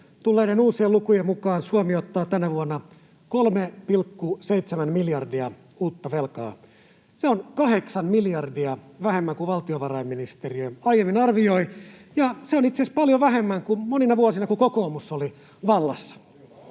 tulleiden uusien lukujen mukaan Suomi ottaa tänä vuonna 3,7 miljardia uutta velkaa. Se on 8 miljardia vähemmän kuin valtiovarainministeriö aiemmin arvioi, ja se on itse asiassa paljon vähemmän kuin monina vuosina, kun kokoomus oli vallassa.